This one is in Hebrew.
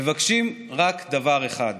מבקשים רק דבר אחד: